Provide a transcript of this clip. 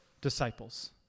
disciples